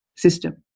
System